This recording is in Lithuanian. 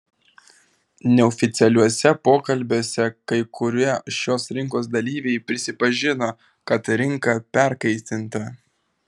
neoficialiuose pokalbiuose kai kurie šios rinkos dalyviai prisipažino kad rinka perkaitinta